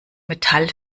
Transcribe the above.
metall